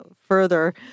further